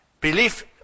belief